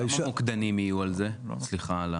אולי שהמוקדנים יהיו על זה, סליחה על.